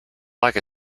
like